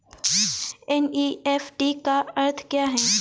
NEFT का अर्थ क्या है?